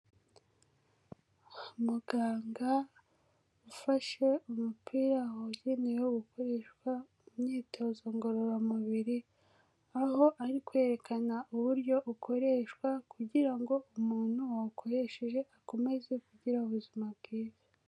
Muganga ufashe umupira wagenewe gukoreshwa mu myitozo ngororamubiri aho ari kwerekana uburyo ukoreshwa kugira ngo umuntu wawukoresheje akomeze kugira ubuzima bwiza.